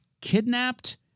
kidnapped